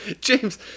James